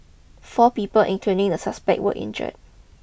four people including the suspect were injured